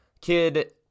Kid